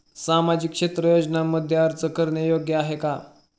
सामाजिक क्षेत्र योजनांमध्ये अर्ज करणे योग्य आहे का?